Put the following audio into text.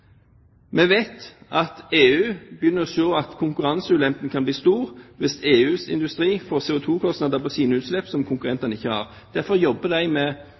Vi vet at EU begynner å se at konkurranseulempene kan bli store hvis EUs industri får CO2-kostnader på sine utslipp som konkurrentene ikke har. Derfor jobber de med